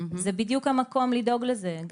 זה בדיוק המקום לדאוג לזה,